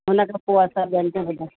हुन खां पोइ असां ॿियनि खे ॿुधाए